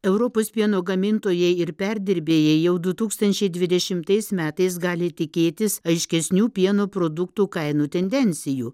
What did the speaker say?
europos pieno gamintojai ir perdirbėjai jau du tūkstančiai dvidešimtais metais gali tikėtis aiškesnių pieno produktų kainų tendencijų